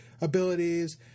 abilities